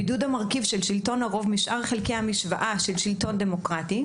בידוד המרכיב של שלטון הרוב משאר חלקי המשוואה של שלטון דמוקרטי,